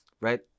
right